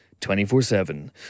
24-7